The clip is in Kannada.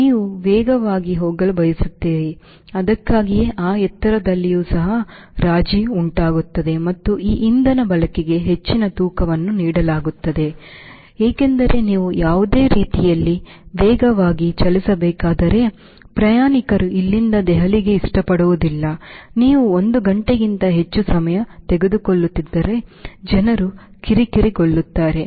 ನೀವು ವೇಗವಾಗಿ ಹೋಗಲು ಬಯಸುತ್ತೀರಿ ಅದಕ್ಕಾಗಿಯೇ ಆ ಎತ್ತರದಲ್ಲಿಯೂ ಸಹ ರಾಜಿ ಉಂಟಾಗುತ್ತದೆ ಮತ್ತು ಆ ಇಂಧನ ಬಳಕೆಗೆ ಹೆಚ್ಚಿನ ತೂಕವನ್ನು ನೀಡಲಾಗುತ್ತದೆ ಏಕೆಂದರೆ ನೀವು ಯಾವುದೇ ರೀತಿಯಲ್ಲಿ ವೇಗವಾಗಿ ಚಲಿಸಬೇಕಾದರೆ ಪ್ರಯಾಣಿಕರು ಇಲ್ಲಿಂದ ದೆಹಲಿಗೆ ಇಷ್ಟಪಡುವುದಿಲ್ಲ ನೀವು ಒಂದು ಗಂಟೆಗಿಂತ ಹೆಚ್ಚು ಸಮಯ ತೆಗೆದುಕೊಳ್ಳುತ್ತಿದ್ದರೆ ಜನರು ಕಿರಿಕಿರಿಗೊಳ್ಳುತ್ತಾರೆ